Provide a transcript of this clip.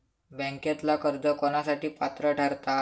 बँकेतला कर्ज कोणासाठी पात्र ठरता?